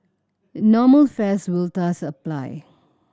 normal fares will thus apply